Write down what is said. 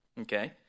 okay